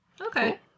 Okay